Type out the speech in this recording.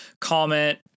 comment